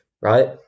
right